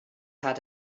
had